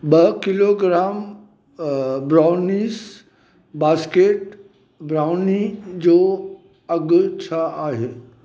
ॿ kilogram brownies basket brownie जो अघु छा आहे